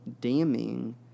damning